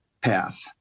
path